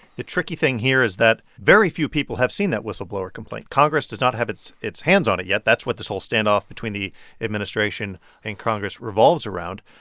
the tricky thing here is that very few people have seen that whistleblower complaint. congress does not have its its hands on it yet. that's what this whole standoff between the administration and congress revolves around.